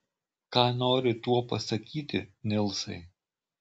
ką nori tuo pasakyti nilsai